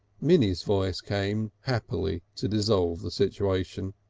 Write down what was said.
minnie's voice came happily to dissolve the situation.